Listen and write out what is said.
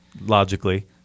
Logically